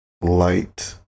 Light